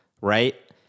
right